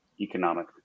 economic